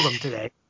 today